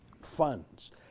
funds